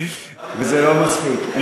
וזה לא מצחיק,